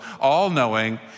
all-knowing